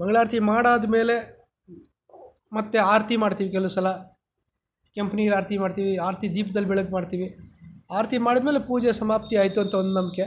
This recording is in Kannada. ಮಂಗಳಾರತಿ ಮಾಡಾದ್ಮೇಲೆ ಮತ್ತೆ ಆರತಿ ಮಾಡ್ತೀವಿ ಕೆಲವು ಸಲ ಕೆಂಪು ನೀರು ಆರತಿ ಮಾಡ್ತೀವಿ ಆರತಿ ದೀಪ್ದಲ್ಲಿ ಬೆಳಗಿ ಮಾಡ್ತೀವಿ ಆರತಿ ಮಾಡಿದ ಮೇಲೆ ಪೂಜೆ ಸಮಾಪ್ತಿ ಆಯಿತು ಅಂತ ಒಂದು ನಂಬಿಕೆ